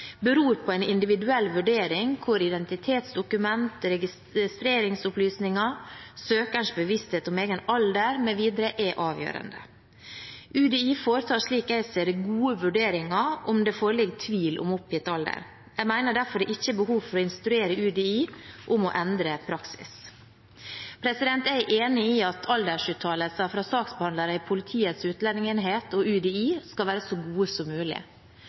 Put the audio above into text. beror på en individuell vurdering hvor identitetsdokument, registreringsopplysninger, søkerens bevissthet om egen alder mv. er avgjørende. UDI foretar, slik jeg ser det, gode vurderinger om det foreligger tvil om oppgitt alder. Jeg mener derfor det ikke er behov for å instruere UDI om å endre praksis. Jeg er enig i at aldersuttalelser fra saksbehandlere i Politiets utlendingsenhet og UDI skal være så gode som mulig.